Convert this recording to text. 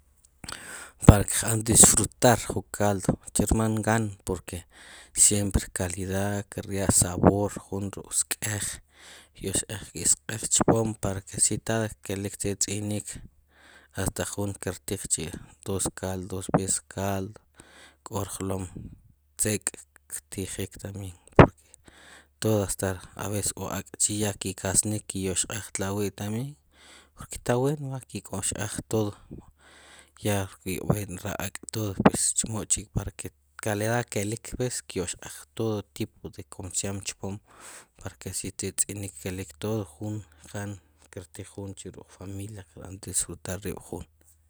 Para que qb'an disfrutar ju caldo, chermal nk'aan porque siempre calidad kirya' sabor jun ruk' sk'ej, kyoq xqaaj qi' sk'ej chpoom para que kelik ke tz'inik hasta jun kir tij chi' dos caldo, dos veces caldo, k'o rjlom tzek' ktijiik tambien porque, todo a veces k'o ak' ya ki' kasnik ki' yoqxqaj tla' wi' también, porque esta bueno va ki' yoqxkaj todo ya kraa ak' todo pues chemo k'chi paraque calidad kelik pues kyoqxkaj todo tipo de como se llama chpoom para que así ke tz'inik kelik todo jun qan kir tiij jun chi0 ruk' familia kirb'an disfrutar rib' jun